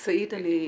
סעיד, אני מבקשת,